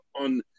on